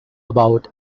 about